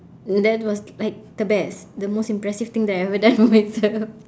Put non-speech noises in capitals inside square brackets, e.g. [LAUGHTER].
that was like the best the most impressive thing that I have ever [LAUGHS] done for myself